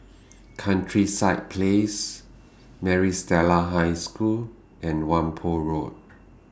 Countryside Place Maris Stella High School and Whampoa Road